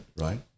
right